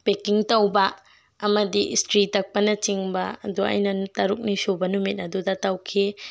packing ꯇꯧꯕ ꯑꯃꯗꯤ ꯏꯁꯇ꯭ꯔꯤ ꯇꯛꯄꯅꯆꯤꯡꯕ ꯑꯗꯨ ꯑꯩꯅ ꯇꯔꯨꯛꯅꯤ ꯁꯨꯕ ꯅꯨꯃꯤꯠ ꯑꯗꯨꯗ ꯇꯧꯈꯤ